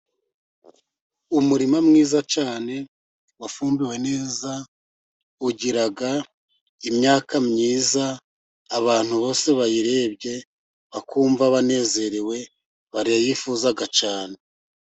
Umurima mwiza cyane wafumbiwe neza ugira imyaka myiza, abantu bose bayirebye bakumva banezerewe, barayifuza cyane.